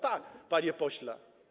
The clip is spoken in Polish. Tak, panie pośle.